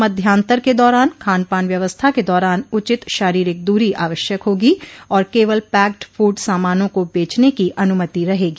मध्यांतर के दौरान खान पान व्यवस्था के दौरान उचित शारीरिक दूरी आवश्यक होगी और केवल पैक्ड फूड सामानों को बेंचने की अनुमति रहेगी